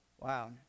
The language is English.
Wow